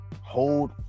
hold